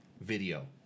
video